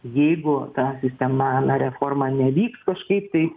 jeigu ta sisetma na reforma nevyks kažkaip tai